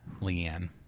Leanne